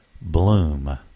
bloom